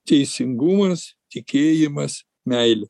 teisingumas tikėjimas meilė